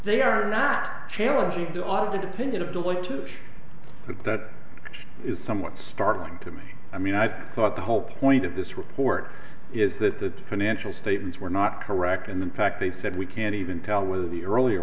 they are not challenging the audit opinion of deutsche of that is somewhat startling to me i mean i thought the whole point of this report is that the financial statements were not correct and impact they said we can't even tell whether the earlier